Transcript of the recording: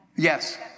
Yes